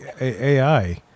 AI